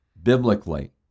Biblically